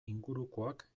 ingurukoak